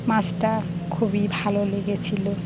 মাছটা খুবই ভালো লেগেছিলো